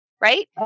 right